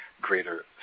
greater